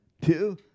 two